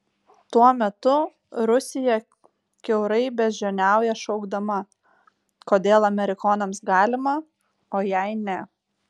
tuo metu rusija kiaurai beždžioniauja šaukdama kodėl amerikonams galima o jai ne